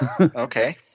Okay